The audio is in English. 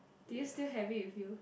do you still have it with you